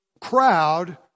crowd